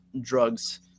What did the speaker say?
drugs